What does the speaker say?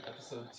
episode